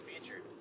featured